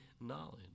knowledge